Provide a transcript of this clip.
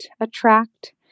attract